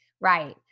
right